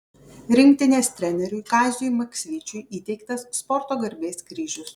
rinktinės treneriui kaziui maksvyčiui įteiktas sporto garbės kryžius